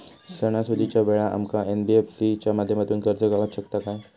सणासुदीच्या वेळा आमका एन.बी.एफ.सी च्या माध्यमातून कर्ज गावात शकता काय?